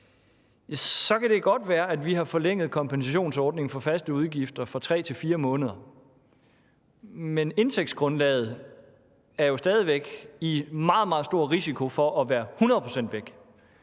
Så kan det godt være, at vi har forlænget kompensationsordningen for faste udgifter fra 3 til 4 måneder, men der er jo stadig væk en meget, meget stor risiko for, at indtægtsgrundlaget